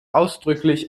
ausdrücklich